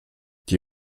die